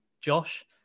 Josh